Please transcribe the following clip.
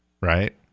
right